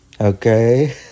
Okay